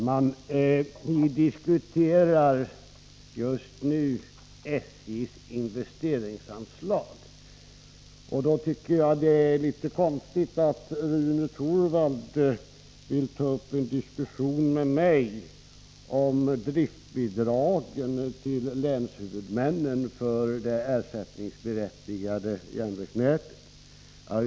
Fru talman! Vi diskuterar just nu SJ:s investeringsanslag. Då tycker jag att det är litet konstigt att Rune Torwald vill ta upp en diskussion med mig om driftbidragen till länshuvudmännen för det ersättningsberättigade järnvägsnätet.